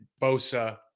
Bosa